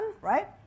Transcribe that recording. right